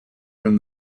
from